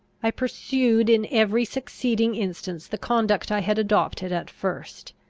i pursued in every succeeding instance the conduct i had adopted at first.